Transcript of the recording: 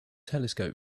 telescope